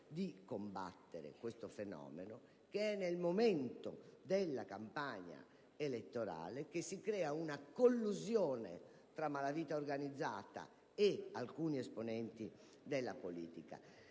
di combattere questo fenomeno poiché è nel momento della campagna elettorale che si crea una collusione tra malavita organizzata e alcuni esponenti della politica,